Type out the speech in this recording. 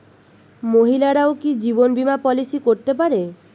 মহিলারাও কি জীবন বীমা পলিসি করতে পারে?